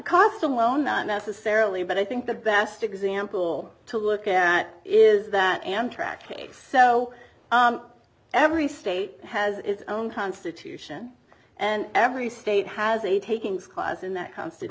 cost alone not necessarily but i think the best example to look at is that amtrak case so every state has its own constitution and every state has a takings clause in that co